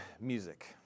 music